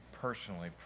personally